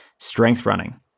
strengthrunning